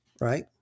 right